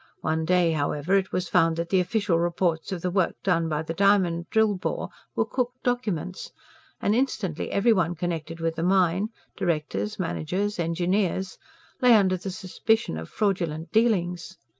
one day, however, it was found that the official reports of the work done by the diamond drill-bore were cooked documents and instantly every one connected with the mine directors, managers, engineers lay under the suspicion of fraudulent dealings.